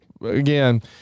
Again